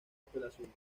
apelación